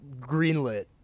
greenlit